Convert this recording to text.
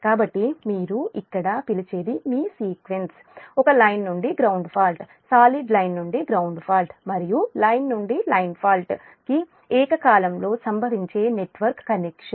కాబట్టి మీరు ఇక్కడ పిలిచేది మీ సీక్వెన్స్ ఒక లైన్ నుండి గ్రౌండ్ ఫాల్ట్ సాలిడ్ లైన్ నుండి గ్రౌండ్ ఫాల్ట్ మరియు లైన్ నుండి లైన్ ఫాల్ట్ కి ఏకకాలంలో సంభవించే నెట్వర్క్ కనెక్షన్